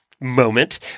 moment